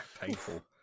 Painful